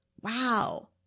wow